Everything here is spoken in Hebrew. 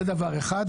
זה דבר אחד.